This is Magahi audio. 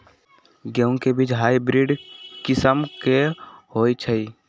गेंहू के बीज हाइब्रिड किस्म के होई छई?